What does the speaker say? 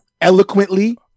Eloquently